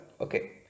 Okay